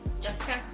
Jessica